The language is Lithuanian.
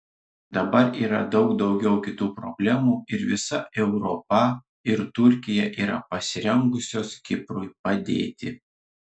dabar yra daug daugiau kitų problemų ir visa europa ir turkija yra pasirengusios kiprui padėti